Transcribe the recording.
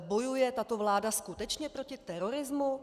Bojuje tato vláda skutečně proti terorismu?